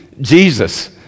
Jesus